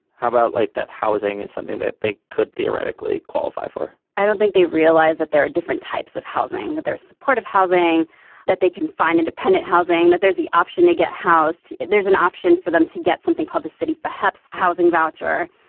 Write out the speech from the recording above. how about like that. housing is something that they could theoretically qualify for i don't think they realize that there are different types of housing that their support of housing that they can find independent housing that there's the option to get housed. there's an option for them to get something called the city perhaps housing voucher.